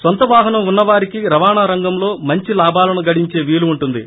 నొంత వాహనం ఉన్న వారికి రవాణా రంగంలో మంచి లాభాలను గడించే వీలు ఉంటుంది